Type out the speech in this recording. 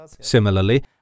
Similarly